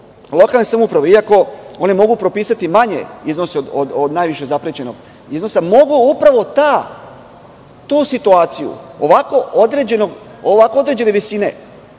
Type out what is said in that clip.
lokalne samouprave mogu, iako one mogu propisati manje iznose od najviše zaprećenog iznosa, tu situaciju, ovako određene visine